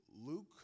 Luke